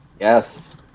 Yes